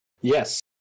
yes